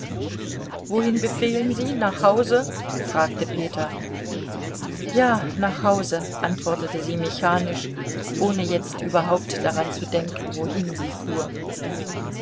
wohin befehlen sie nach hause fragte peter ja nach hause antwortete sie mechanisch ohne jetzt überhaupt daran zu denken wohin sie fuhr